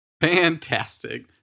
Fantastic